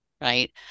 Right